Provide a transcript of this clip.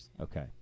Okay